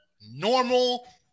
normal